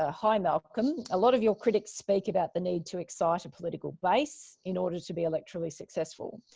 ah hi, malcolm. a lot of your critics speak about the need to excite a political base in order to be electorally successful.